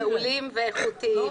לא,